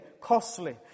costly